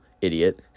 Idiot